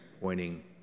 pointing